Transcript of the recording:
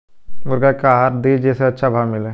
मुर्गा के का आहार दी जे से अच्छा भाव मिले?